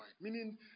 Meaning